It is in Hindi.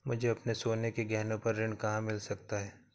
मुझे अपने सोने के गहनों पर ऋण कहाँ मिल सकता है?